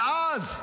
ואז,